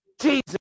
Jesus